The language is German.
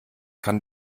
kann